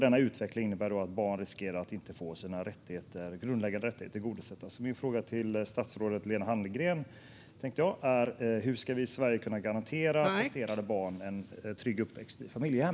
Denna utveckling innebär att barn riskerar att inte få sina grundläggande rättigheter tillgodosedda. Min fråga till statsrådet Lena Hallengren är: Hur ska vi i Sverige kunna garantera placerade barn en trygg uppväxt i familjehem?